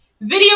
Video